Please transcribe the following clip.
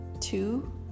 Two